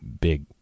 big